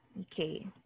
Okay